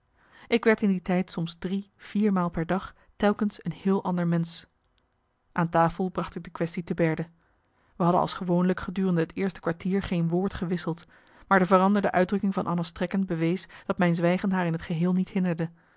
ik werd in die tijd soms drie viermaal per dag telkens een heel ander mensch aan tafel bracht ik de quaestie te berde we hadden als gewoonlijk gedurende het eerste kwartier geen woord gewisseld maar de veranderde uitdrukking van anna's trekken bewees dat mijn zwijgen haar in t geheel niet hinderde